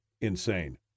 Insane